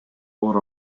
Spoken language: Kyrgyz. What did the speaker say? оор